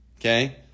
okay